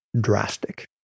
drastic